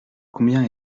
combien